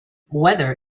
weather